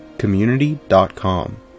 community.com